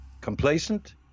complacent